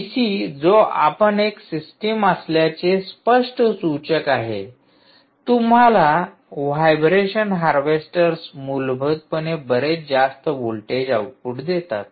DC जो आपण एक सिस्टम असल्याचे स्पष्ट सूचक आहे तुम्हाला व्हायब्रेशन हार्वेस्टर्स मूलभूतपणे बरेच जास्त व्होल्टेज आउटपुट देतात